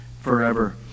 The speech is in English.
forever